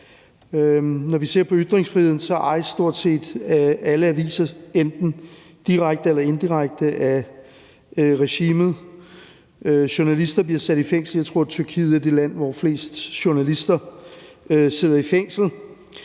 Når vi ser på ytringsfriheden, ejes stort set alle aviser enten direkte eller indirekte af regimet. Journalister bliver sat i fængsel. Jeg tror, Tyrkiet er det land, hvor flest journalister sidder i fængsel.